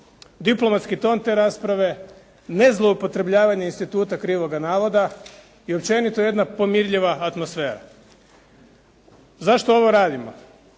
diplomatski ton te rasprave, ne zloupotrjebljavanje instituta krivoga navoda i općenito jedna pomirljiva atmosfera. Zašto ovo radimo